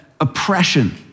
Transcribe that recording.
oppression